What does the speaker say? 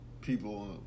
people